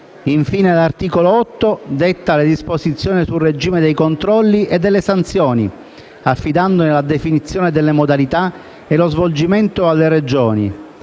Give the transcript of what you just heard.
Infine, l'articolo 8 detta le disposizioni sul regime dei controlli e delle sanzioni, affidandone la definizione delle modalità e lo svolgimento alle Regioni